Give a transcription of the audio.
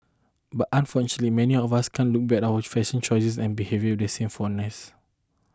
but unfortunately many of us can look back at our fashion choices and behaviour the same fondness